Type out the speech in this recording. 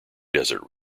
desert